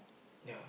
ya